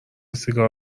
سیگار